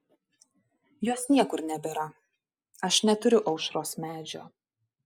jos niekur nebėra aš neturiu aušros medžio